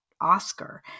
Oscar